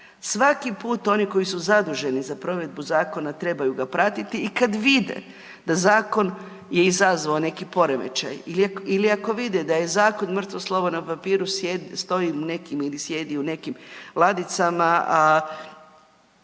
Svaki put oni koji su zaduženi za provedbu zakona trebaju ga pratiti i kad vide da zakon je izazvao neki poremećaj ili ako vide da je zakon mrtvo slovo na papiru, stoji u nekim ili sjedi u nekim ladicama,